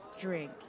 drink